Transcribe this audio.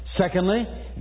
Secondly